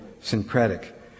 syncretic